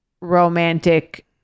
romantic